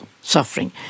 suffering